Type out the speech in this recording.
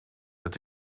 het